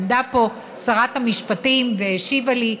עמדה פה שרת המשפטים והשיבה לי.